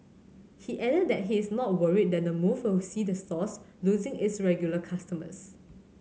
he added that he is not worried that the move will see the source losing its regular customers